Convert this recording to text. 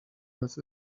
his